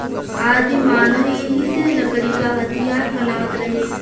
आदिमानव एही से लकड़ी क हथीयार बनावत रहे